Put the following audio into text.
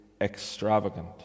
extravagant